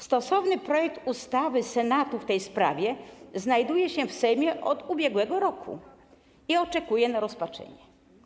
Stosowny projekt ustawy Senatu w tej sprawie znajduje się w Sejmie od ubiegłego roku i oczekuje na rozpatrzenie.